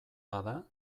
bada